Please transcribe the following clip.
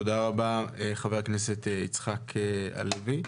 תודה רבה, חבר הכנסת יצחק הלוי.